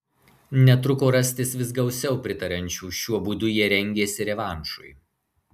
netruko rastis vis gausiau pritariančių šiuo būdu jie rengėsi revanšui